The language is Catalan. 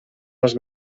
els